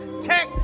tech